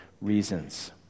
reasons